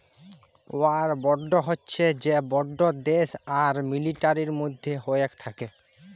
war bond হচ্যে সে bond দ্যাশ আর মিলিটারির মধ্যে হ্য়েয় থাক্যে